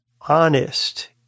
honest